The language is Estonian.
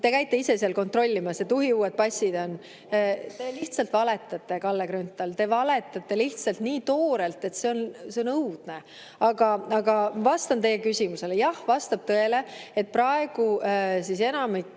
te käite ise seal kontrollimas, et uhiuued passid on? Te lihtsalt valetate, Kalle Grünthal. Te valetate lihtsalt nii toorelt, et see on õudne. Aga ma vastan teie küsimusele. Jah, vastab tõele, et praegu enamik